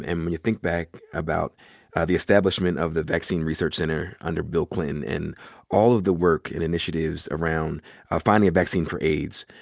and you think back about the establishment of the vaccine research center under bill clinton, and all of the work and initiatives around ah finding a vaccine for aids,